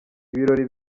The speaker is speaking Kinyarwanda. ibirori